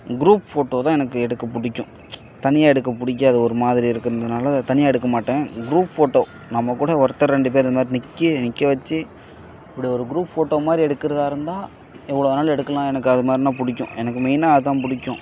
group photo தான் எனக்கு எடுக்க பிடிக்கும் தனியா எடுக்கப் பிடிக்காது ஒரு மாதிரி இருக்கிறதுனால தனியாக எடுக்க மாட்டேன் க்ரூப் ஃபோட்டோ நம்ம கூட ஒருத்தர் ரெண்டு பேர் இந்த மாதிரி நிற்கெ நிற்க வைச்சு இப்படி ஒரு க்ரூப் ஃபோட்டோ மாதிரி எடுக்கிறதா இருந்தால் எவ்வளோ வேணாலும் எடுக்கலாம் எனக்கு அது மாதிரின்னா பிடிக்கும் எனக்கு மெயினாக அதுதான் பிடிக்கும்